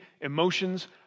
emotions